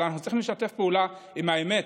אבל אנחנו צריכים לשתף פעולה עם האמת,